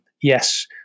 Yes